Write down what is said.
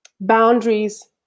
boundaries